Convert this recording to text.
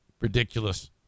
ridiculous